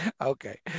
Okay